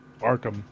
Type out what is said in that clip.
Arkham